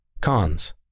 Cons